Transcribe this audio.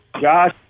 Josh